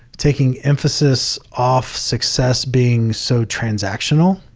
taking emphasis off success being so transactional